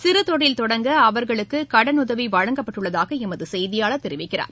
சிறு தொழில் தொடங்க அவர்களுக்கு கடனுதவி வழங்கப்பட்டுள்ளதாக எமது செய்தியாளர் தெரிவிக்கிறார்